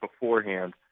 beforehand